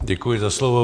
Děkuji za slovo.